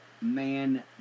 man